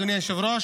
אדוני היושב-ראש,